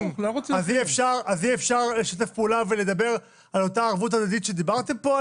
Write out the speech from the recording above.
אז אי אפשר לשתף פעולה ולדבר על אותה ערבות הדדית שעליה דיברתם פה?